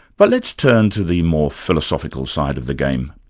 but let's turn to the more philosophical side of the game.